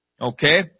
Okay